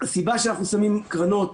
שהסיבה שאנחנו שמים קרנות,